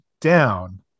down